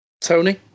Tony